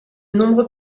nombreux